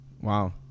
Wow